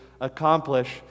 accomplish